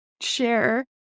share